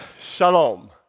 Shalom